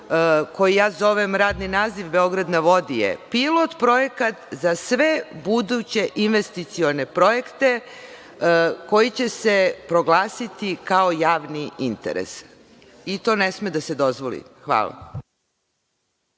koji zovem radni naziv „Beograd na vodi“, pilot projekat za sve buduće investicione projekte koji će se proglasiti kao javni interes. I to ne sme da se dozvoli. Hvala.